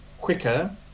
quicker